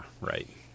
right